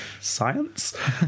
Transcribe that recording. Science